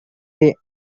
day